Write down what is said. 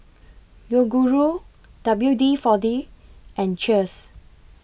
Yoguru W D forty and Cheers